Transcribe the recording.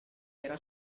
era